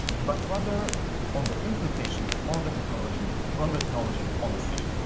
but rather on the implications on the technology, from the technology on the city.